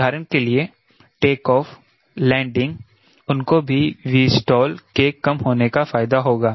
उदाहरण के लिए टेकऑफ़ लैंडिंग उनको भी Vstall के कम होने का फायदा होगा